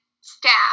staff